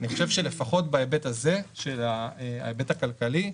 אני חושב שלפחות בהיבט הזה, ההיבט הכלכלי,